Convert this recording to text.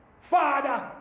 Father